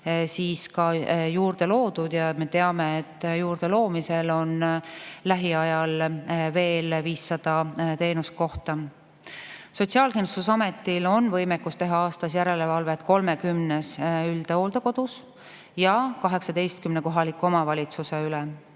juurde loodud ja me teame, et juurde loomisel on lähiajal veel 500 teenuskohta. Sotsiaalkindlustusametil on võimekus teha aastas järelevalvet 30 üldhooldekodus ja 18 kohaliku omavalitsuse üle.